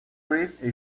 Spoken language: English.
breathed